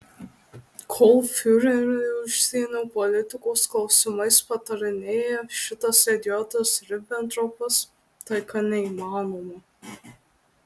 kol fiureriui užsienio politikos klausimais patarinėja šitas idiotas ribentropas taika neįmanoma